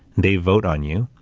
they vote on you.